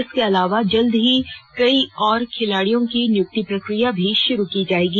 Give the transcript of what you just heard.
इसके अलावा जल्द ही कई और खिलाड़ियों की नियुक्ति प्रक्रिया भी शुरू की जाएगी